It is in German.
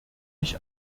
ich